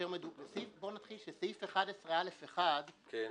בוא נתחיל שסעיף 11א(1)